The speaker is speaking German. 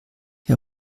herr